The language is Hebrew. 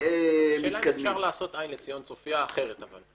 השאלה אם אפשר לעשות "עין לציון צופיה" אחרת אבל?